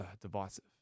divisive